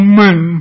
men